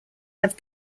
have